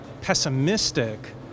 pessimistic